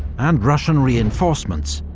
and russian reinforcements,